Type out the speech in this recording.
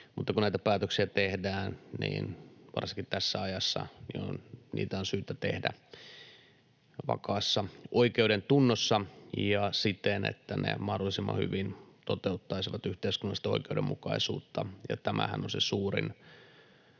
mutta kun näitä päätöksiä tehdään, varsinkin tässä ajassa, niitä on syytä tehdä vakaassa oikeudentunnossa ja siten, että ne mahdollisimman hyvin toteuttaisivat yhteiskunnallista oikeudenmukaisuutta, ja tämähän on se suurin